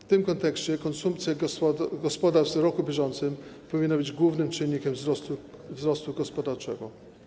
W tym kontekście konsumpcja gospodarstw w roku bieżącym powinna być głównym czynnikiem wzrostu gospodarczego.